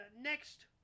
next